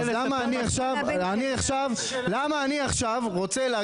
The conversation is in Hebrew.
אז למה אני עכשיו,